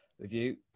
review